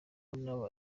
n’aba